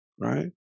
Right